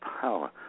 power